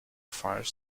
fire